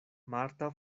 marta